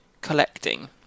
collecting